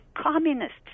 communists